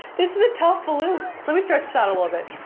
this is a tough balloon! let me stretch this out a little bit